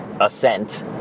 ascent